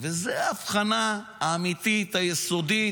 וזו ההבחנה האמיתית, היסודית,